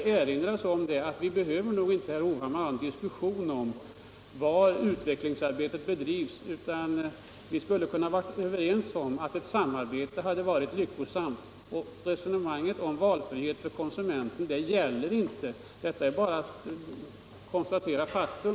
Vi behöver nog inte, herr Hovhammar, ha en diskussion om var utvecklingsarbetet bedrivits framgångsrikt, utan vi skulle kunna vara överens om att samarbete hade varit lyckosamt. Resonemanget om valfrihet för konsumenten gäller inte. Det är bara att konstatera faktum.